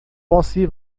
você